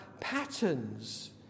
patterns